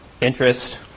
interest